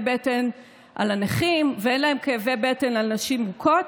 בטן על הנכים ואין להם כאבי בטן על נשים מוכות,